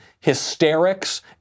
hysterics